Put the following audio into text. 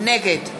נגד